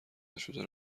نشده